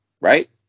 right